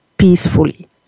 peacefully